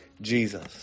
Jesus